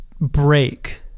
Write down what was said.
break